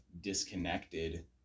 disconnected